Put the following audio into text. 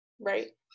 right